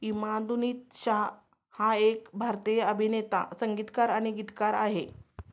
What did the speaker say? इमादुद्दीन शाह हा एक भारतीय अभिनेता संगीतकार आणि गीतकार आहे